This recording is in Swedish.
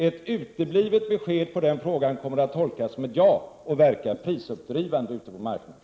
Ett uteblivet besked på den frågan kommer att tolkas som ett ja och verka prisuppdrivande ute på marknaden.